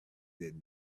that